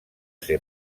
ser